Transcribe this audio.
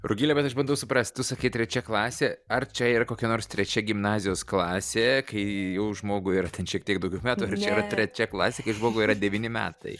rugile bet aš bandau suprast tu sakai trečia klasė ar čia yra kokia nors trečia gimnazijos klasė kai jau žmogui yra ten šiek tiek daugiau metų ar čia yra trečia klasė kai žmogui yra devyni metai